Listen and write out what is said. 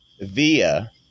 via